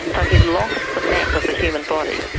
so he had lost the map of the human body.